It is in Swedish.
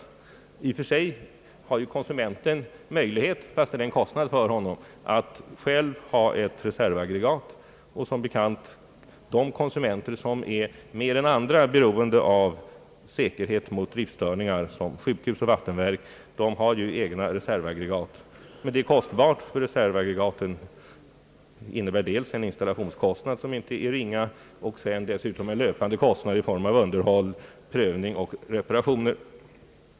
I och för sig har konsumenten möjlighet — fast det är en kostnad för honom — att själv ha ett reservaggregat. Konsumenter som mer än andra är beroende av säkerhet mot driftstörningar, såsom sjukhus och vattenverk, har ju som bekant egna reservaggregat. Men det är dyrbart, ty reservaggregaten innebär dels en installationskostnad som inte är ringa, dels en löpande kostnad för underhåll, prövning och reparationer.